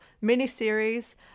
mini-series